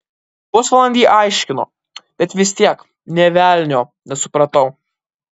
pusvalandį aiškino bet vis tiek nė velnio nesupratau